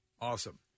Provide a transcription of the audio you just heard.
Awesome